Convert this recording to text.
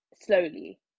slowly